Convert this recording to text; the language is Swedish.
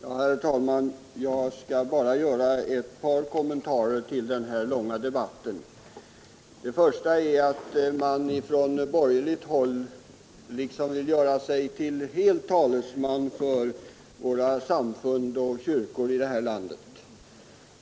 Herr talman! Jag skall bara göra ett par kommentarer till denna långa debatt. Den första är att man på borgerligt håll vill göra sig till talesman för alla medlemmar i våra samfund och kyrkor.